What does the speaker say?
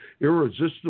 irresistible